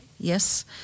Yes